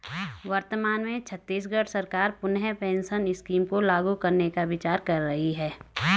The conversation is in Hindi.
वर्तमान में छत्तीसगढ़ सरकार पुनः पेंशन स्कीम को लागू करने का विचार कर रही है